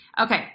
Okay